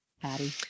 Patty